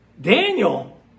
Daniel